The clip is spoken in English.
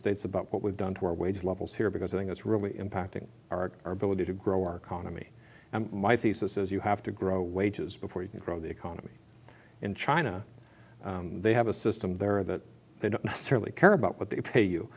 states about what we've done to our wage levels here because the thing that's really impacting our ability to grow our economy and my thesis is you have to grow wages before you can grow the economy in china they have a system there that they don't necessarily care about what they pay you